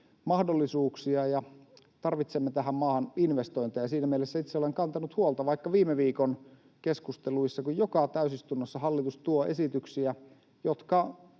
mahdollisuuksia ja tarvitsemme tähän maahan investointeja. Siinä mielessä itse olen kantanut huolta vaikka viime viikon keskusteluissa, kun joka täysistunnossa hallitus tuo esityksiä, jotka